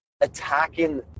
attacking